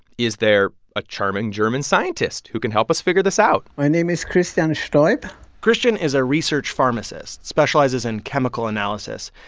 is there a charming german scientist who can help us figure this out? my name is christian stoip christian is a research pharmacist, specializes in chemical analysis.